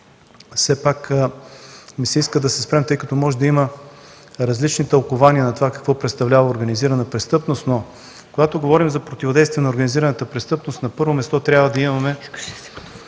все пак ми се иска да се спрем, тъй като може да има различни тълкувания на това какво представлява организирана престъпност. Когато говорим за противодействие на организираната престъпност, на първо място, трябва да имаме